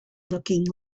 looking